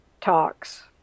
talks